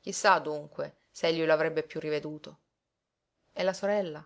chi sa dunque se egli lo avrebbe piú riveduto e la sorella